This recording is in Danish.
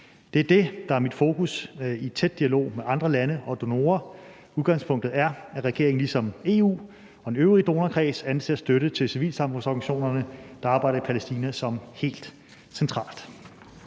Det er det, der er mit fokus i tæt dialog med andre lande og donorer. Udgangspunktet er, at regeringen ligesom EU og den øvrige donorkreds anser støtte til civilsamfundsorganisationerne, der arbejder i Palæstina, som helt centralt.